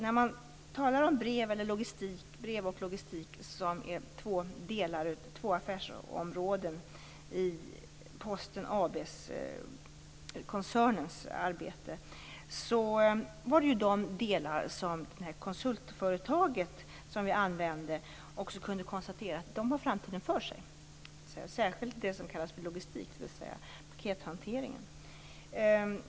Just brev och logistik, som är två affärsområden i koncernen Posten AB:s arbete, var de delar som det konsultföretag vi anlitade kunde konstatera hade framtiden för sig - särskilt det som kallas för logistik, dvs. pakethanteringen.